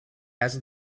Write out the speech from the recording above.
asked